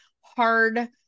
hard